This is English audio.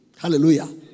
Hallelujah